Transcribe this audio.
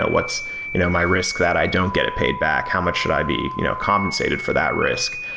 but what's you know my risk that i don't get it paid back? how much should i be you know compensated for that risk?